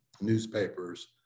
newspapers